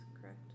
correct